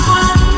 one